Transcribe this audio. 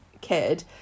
kid